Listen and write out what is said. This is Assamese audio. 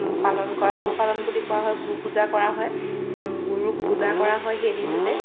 পালন কৰা গো পালন বুলি কোৱা হয় গো পূজা কৰা গুৰুক পূজা কৰা হয় সেই দিনটোতে